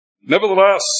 nevertheless